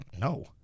No